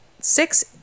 six